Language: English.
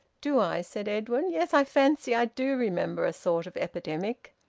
do i? said edwin. yes, i fancy i do remember a sort of epidemic.